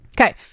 Okay